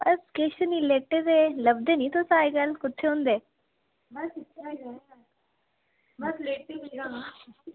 अस किश निं लेटे दे तुस लभदे निं अज्जकल कुत्थें होंदे